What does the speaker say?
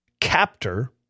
captor